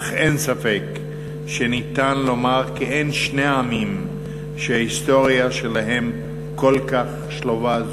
אך אין ספק שניתן לומר כי אין שני עמים שההיסטוריה שלהם כל כך שלובה.